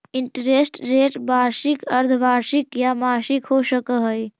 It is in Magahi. इंटरेस्ट रेट वार्षिक, अर्द्धवार्षिक या मासिक हो सकऽ हई